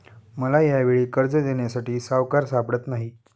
मला यावेळी कर्ज देण्यासाठी सावकार सापडत नाही